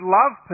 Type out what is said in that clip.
love